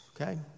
okay